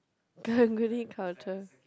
karang guni culture